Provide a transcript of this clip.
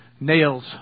nails